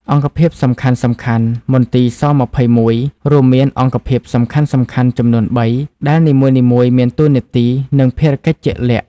អង្គភាពសំខាន់ៗ មន្ទីរ ស-២១ រួមមានអង្គភាពសំខាន់ៗចំនួនបី ដែលនីមួយៗមានតួនាទី និងភារកិច្ចជាក់លាក់។